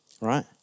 Right